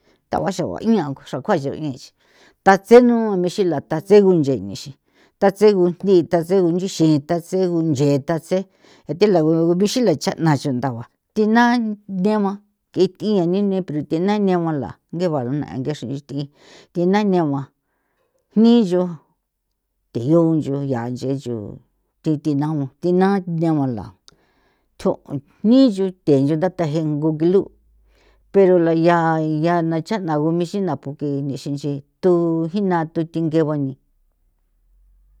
Ta'ua xagua iñao xra kjua xro nexi tha tseno mixila tha tsego gunche nexe tatse go jni tatse go nchixi tatse go unche tatse thi la go ixila cha'na chintha'ua thi naa nthiegua ke thjia ne'ne pero the nane gua la gegua la nge xre thi thi nane gua jni yo the yo nch'o ya nch'e ncho thi thi nagua thi na negua la tjo nii ncho the ncho ntha thajengo ngilu' pero la ya yana cha'na g ixina porque nixinxi thu jina thu thinge ba ni.